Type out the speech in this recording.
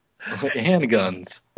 handguns